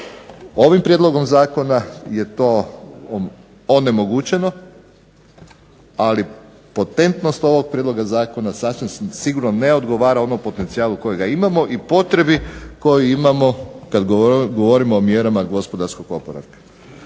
Ovim prijedlogom zakona je to onemogućeno, ali potentnost ovog prijedloga zakona sasvim sigurno ne odgovara onom potencijalu kojega imamo i potrebi koju imamo kad govorimo o mjerama gospodarskog oporavka.